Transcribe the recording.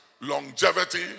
longevity